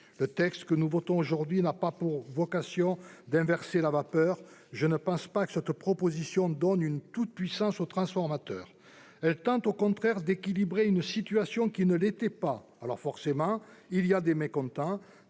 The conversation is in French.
Le texte que nous votons aujourd'hui n'a pas pour vocation d'inverser la vapeur. Selon moi, il ne donnera pas une toute-puissance aux transformateurs. Il s'agit au contraire d'équilibrer une situation qui ne l'était pas. Forcément, il y a des mécontents.